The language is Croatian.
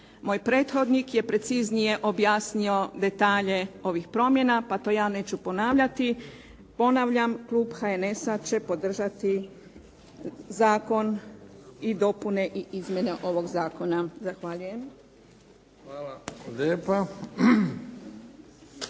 Moj prethodnik je preciznije objasnio detalje ovih promjena pa to ja neću ponavljati. Ponavljam, klub HNS-a će podržati zakon i dopune i izmjene ovog zakona. Zahvaljujem.